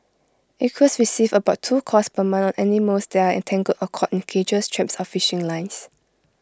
acres receives about two calls per month on animals that are entangled or caught in cages traps or fishing lines